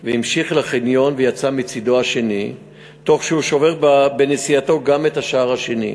המשיך לחניון ויצא מצדו השני תוך שהוא שובר בנסיעתו גם את השער השני.